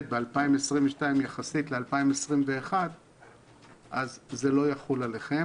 ב-2022 יחסית ל-2021 אז זה לא יחול עליכם,